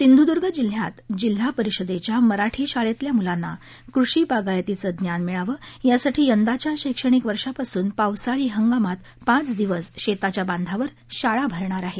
सिंधूद्र्य जिल्ह्यात जिल्हा परिषदेच्या मराठी शाळेतल्या मुलांना कृषी बागायतीचं ज्ञान मिळावं यासाठी यंदाच्या शैक्षणिक वर्षापासून पावसाळी हंगामात पाच दिवस शेताच्या बांधावर शाळा भरणार आहे